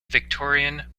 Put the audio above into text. victorian